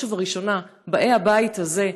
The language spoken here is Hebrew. באי הבית הזה,